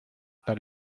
tan